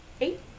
Eight